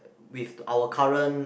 with our current